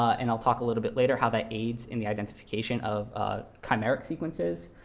and i'll talk a little bit later how that aids in the identification of chimeric sequences.